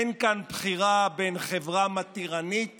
אין כאן בחירה בין חברה מתירנית